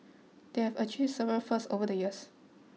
they have achieved several firsts over the years